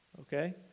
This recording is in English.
okay